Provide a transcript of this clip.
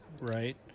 right